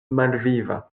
malviva